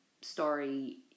Story